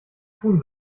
tun